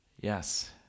Yes